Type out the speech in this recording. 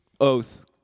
oath